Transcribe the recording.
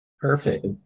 Perfect